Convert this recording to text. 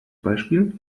beispiel